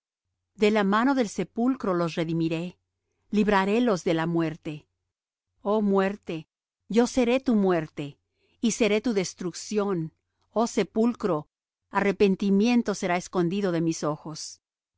del sepulcro los redimiré librarélos de la muerte oh muerte yo seré tu muerte y seré tu destrucción oh sepulcro arrepentimiento será escondido de mis ojos